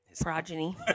progeny